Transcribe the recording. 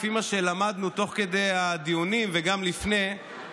לפי מה שלמדנו תוך כדי הדיונים וגם לפניהם,